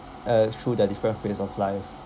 uh through their different phrase of life